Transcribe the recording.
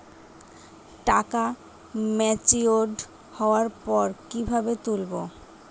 টাকা ম্যাচিওর্ড হওয়ার পর কিভাবে তুলব?